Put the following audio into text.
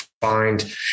find